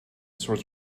sort